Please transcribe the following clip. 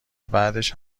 بعدش